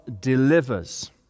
Delivers